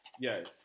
Yes